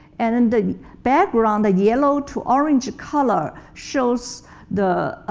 and in the background, the yellow to orange color shows the